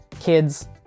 kids